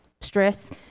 stress